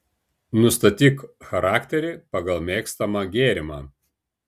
nustatyk charakterį pagal mėgstamą gėrimą